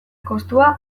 kostua